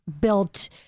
built